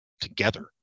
together